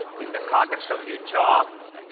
in the context of your job,